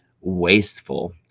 wasteful